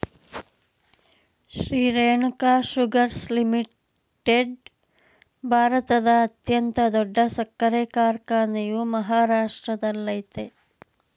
Shri Renuka Sugars Limited ಭಾರತದ ಅತ್ಯಂತ ದೊಡ್ಡ ಸಕ್ಕರೆ ಕಾರ್ಖಾನೆಯು ಮಹಾರಾಷ್ಟ್ರದಲ್ಲಯ್ತೆ